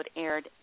aired